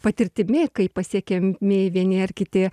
patirtimi kai pasiekiami vieni ar kiti